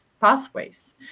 pathways